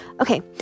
okay